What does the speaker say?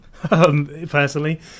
personally